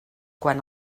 quan